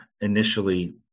initially